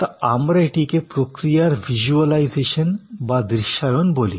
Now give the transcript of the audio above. তা আমরা এটিকে প্রক্রিয়ার ভিসুয়ালইজেশান বা দৃশ্যায়ন বলি